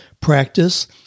practice